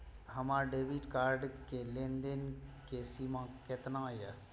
हमार debit card के लेन देन के सीमा केतना ये?